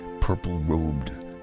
purple-robed